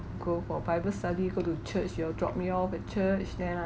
go for bible study go to church you all drop me off at church then I